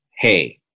hey